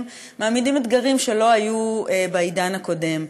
עומדים לפנינו אתגרים שלא היו בעידן הקודם.